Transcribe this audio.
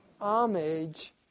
Homage